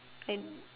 I